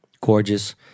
gorgeous